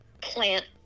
plant